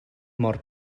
mor